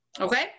Okay